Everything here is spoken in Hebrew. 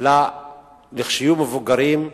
לכשיהיו מבוגרים.